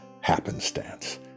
happenstance